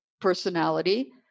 personality